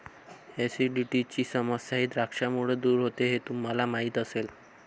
ऍसिडिटीची समस्याही द्राक्षांमुळे दूर होते हे तुम्हाला माहिती असेल